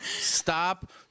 Stop